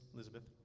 Elizabeth